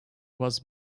was